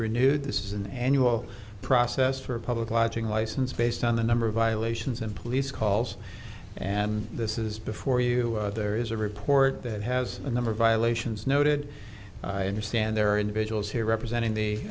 renewed this is an annual process for a public lodging license based on the number of violations and police calls and this is before you are there is a report that has a number of violations noted i understand there are individuals here representing the